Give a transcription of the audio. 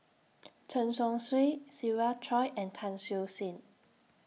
Chen Chong Swee Siva Choy and Tan Siew Sin